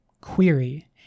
query